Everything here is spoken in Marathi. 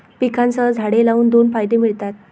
पिकांसह झाडे लावून दोन फायदे मिळतात